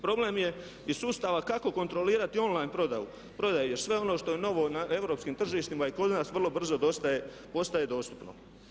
Problem je i sustava kako kontrolirati on line prodaju jer sve ono što je novo na europskim tržištima i kod nas vrlo brzo postaje dostupno.